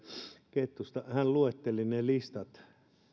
kettusta hän luetteli ne listat